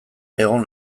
egon